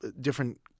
different